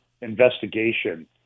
investigation